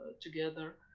together